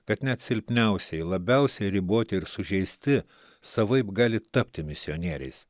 kad net silpniausieji labiausiai riboti ir sužeisti savaip gali tapti misionieriais